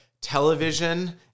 television